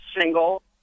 single